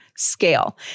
scale